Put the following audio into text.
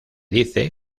dice